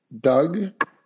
Doug